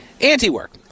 Anti-work